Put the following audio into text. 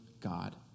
God